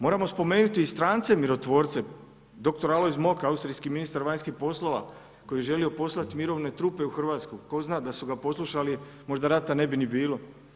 Moramo spomenuti i strance mirotvorce dr. Alojz Mok, austrijski ministar vanjskih poslova koji je želio poslat mirovne trupe u Hrvatsku, tko zna, da su ga poslušali možda rata ne bi ni bilo.